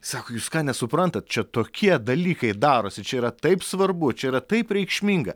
sako jūs ką nesuprantat čia tokie dalykai darosi čia yra taip svarbu čia yra taip reikšminga